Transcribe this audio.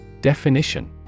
Definition